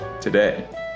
today